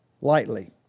lightly